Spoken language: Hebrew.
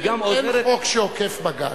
והיא גם עוזרת --- אין חוק שעוקף בג"ץ.